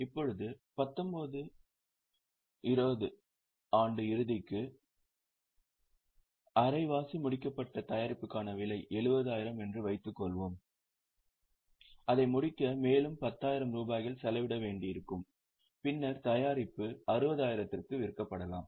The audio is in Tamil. இப்போது 19 20 ஆண்டு இறுதிக்கு அரைவாசி முடிக்கப்பட்ட தயாரிப்புக்கான விலை 70000 என்று வைத்துக்கொள்வோம் அதை முடிக்க மேலும் 10000 ரூபாய்களை செலவிட வேண்டியிருக்கும் பின்னர் தயாரிப்பு 60000 க்கு விற்கப்படலாம்